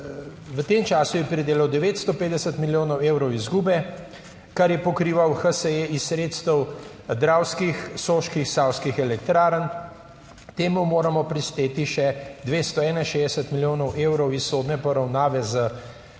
V tem času je pridelal 950 milijonov evrov izgube, kar je pokrival HSE iz sredstev Dravskih, Soških, Savskih elektrarn. Temu moramo prišteti še 261 milijonov evrov iz sodne poravnave z